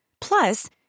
Plus